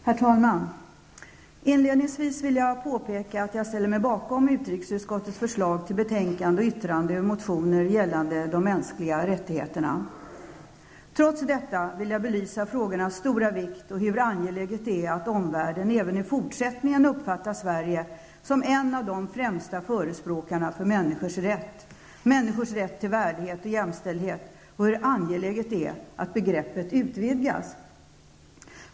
Herr talman! Inledningsvis vill jag påpeka att jag ställer mig bakom utrikesutskottets betänkande och dess förslag till yttrande beträffande motioner som gäller de mänskliga rättigheterna. Trots det vill jag belysa de här frågornas stora vikt och understryka hur angeläget det är att omvärlden även i fortsättningen uppfattar Sverige som en av de främsta förespråkarna för människors rätt -- människors rätt till värdighet och jämställdhet. Det är angeläget att det här begreppet utvidgas.